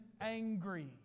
angry